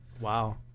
Wow